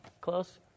Close